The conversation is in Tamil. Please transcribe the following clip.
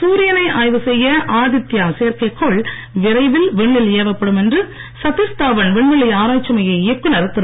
சூரியனை ஆய்வு செய்ய ஆதித்யா செயற்கைக் கோள் விரைவில் விண்ணில் ஏவப்படும் என்று சத்தீஷ் தாவண் விண்வெளி ஆராய்ச்சி மைய இயக்குனர் திரு